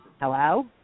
Hello